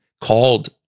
called